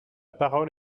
parole